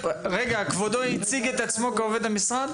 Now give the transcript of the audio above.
כבודו הציג את עצמו כעובד המשרד?